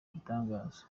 igitangaza